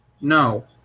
No